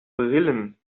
brillen